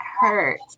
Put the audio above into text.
hurt